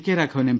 K Raghavan M